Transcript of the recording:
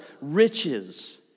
riches